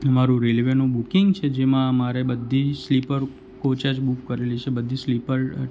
મારું રેલવેનું બુકિંગ છે જેમાં મારે બધી જ સ્લીપર કોચ જ બુક કરેલી છે બધી સ્લીપર